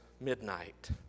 midnight